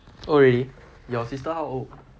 oh really your sister how old